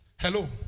Hello